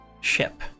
ship